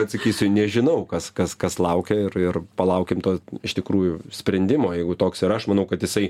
atsakysiu nežinau kas kas kas laukia ir ir palaukim to iš tikrųjų sprendimo jeigu toks ir aš manau kad jisai